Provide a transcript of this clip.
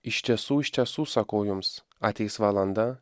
iš tiesų iš tiesų sakau jums ateis valanda